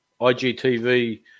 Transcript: IGTV